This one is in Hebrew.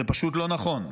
זה פשוט לא נכון,